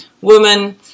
woman